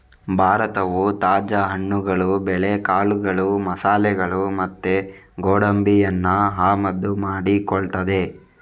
ಭಾರತವು ತಾಜಾ ಹಣ್ಣುಗಳು, ಬೇಳೆಕಾಳುಗಳು, ಮಸಾಲೆಗಳು ಮತ್ತೆ ಗೋಡಂಬಿಯನ್ನ ಆಮದು ಮಾಡಿಕೊಳ್ತದೆ